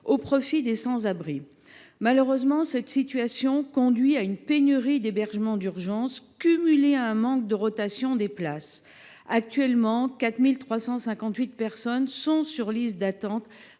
au profit des sans abri. Malheureusement, cette situation conduit à une pénurie d’hébergements d’urgence, à laquelle s’ajoute un manque de rotation des places. Actuellement, 4 358 personnes sont sur liste d’attente,